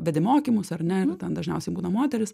vedi mokymus ar ne ir ten dažniausiai būna moterys